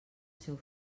seu